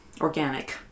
organic